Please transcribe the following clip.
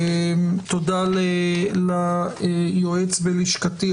תודה ליועץ בלשכתי,